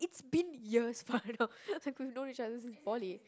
it's been years by now it's like we've known each other since poly